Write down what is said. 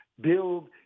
build